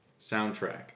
Soundtrack